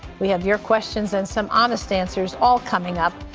we have your questions and some honest answers all coming up.